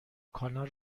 کانال